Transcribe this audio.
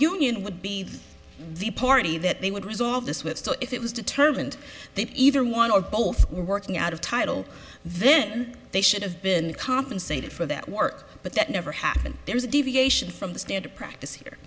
union would be the party that they would resolve this with so if it was determined they either one or both were working out of title then they should have been compensated for that work but that never happened there is a deviation from the standard practice here